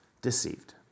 Deceived